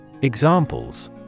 Examples